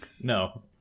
No